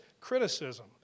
criticism